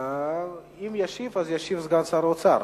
אם ישיב, ישיב סגן שר האוצר.